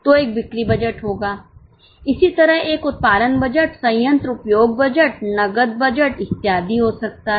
तो एक बिक्री बजट होगा इसी तरह एक उत्पादन बजट संयंत्र उपयोग बजट नकद बजट इत्यादि हो सकते हैं